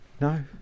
no